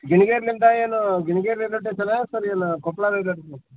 ಗಿಣ್ಗೇರ್ಲಿಂದ ಏನು Ginigera railway station sir ಇಲ್ಲ Koppal railway station